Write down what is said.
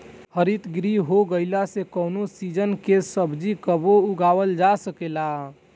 हरितगृह हो गईला से कवनो सीजन के सब्जी कबो उगावल जा सकेला